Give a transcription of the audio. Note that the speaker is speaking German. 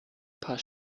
paar